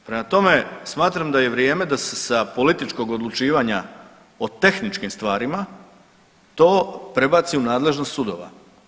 Prema tome, smatram da je vrijeme sa se sa političkog odlučivanja o tehničkim stvarima, to prebaci u nadležnost sudova.